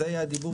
זה יהיה הדיבור,